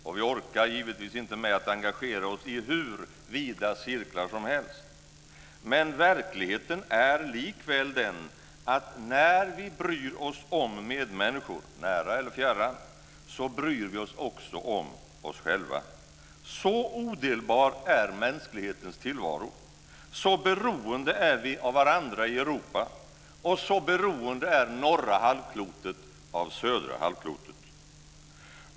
Och vi orkar givetvis inte med att engagera oss i hur vida cirklar som helst. Men verkligheten är likväl den att när vi bryr oss om medmänniskor, nära och fjärran, så bryr vi oss också om oss själva. Så odelbar är mänsklighetens tillvaro. Så beroende är vi av varandra i Europa. Så beroende är norra halvklotet av södra halvklotet.